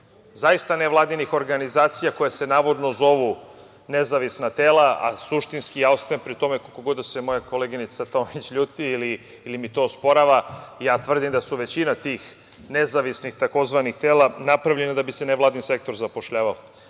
nekakvih nevladinih organizacija koje se navodno zovu nezavisna tela, a suštinski ostajem pri tome, koliko god da se moja koleginica Tomić ljuti ili mi to osporava, ja tvrdim da su većina tih nezavisnih tzv. tela napravljena da bi se nevladin sektor zapošljavao.